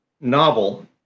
novel